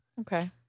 Okay